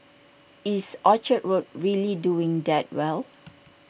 is Orchard road really doing that well